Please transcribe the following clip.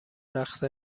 رقص